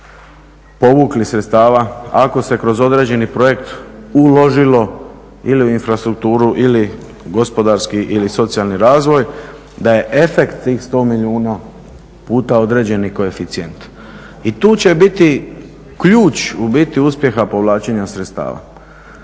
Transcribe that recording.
povukli sredstava, ako se kroz određeni projekt uložilo ili u infrastrukturu ili gospodarski ili socijalni razvoj, da je efekt tih 100 milijuna puta određeni koeficijent. I tu će biti ključ u biti uspjeha povlačenja sredstava.